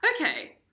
Okay